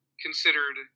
considered –